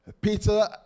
Peter